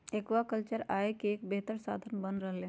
aquaculture आय के एक बेहतर साधन बन रहले है